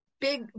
big